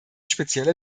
spezielle